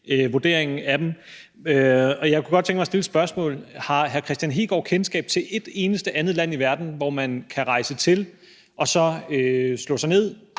vurdering af dem. Jeg kunne godt tænke mig at stille et spørgsmål: Har hr. Kristian Hegaard kendskab til et eneste andet land i verden, hvor man kan rejse til, slå sig ned,